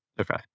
okay